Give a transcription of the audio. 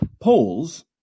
polls